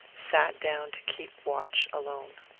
sat down to keep watch alone.